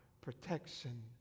protection